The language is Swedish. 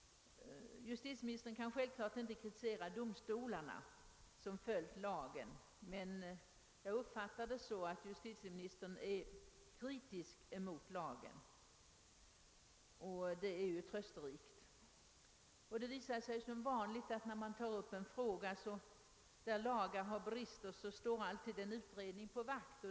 Justitieministern kan självfallet inte kritisera domstolarna, som bara har följt lagen, men jag uppfattade det så att justitieministern är kritisk mot lagen, och det är ju trösterikt. Det visar sig här som vanligt, att när man tar upp en fråga som rör brister hos lagarna, så står alltid en utredning på vakt.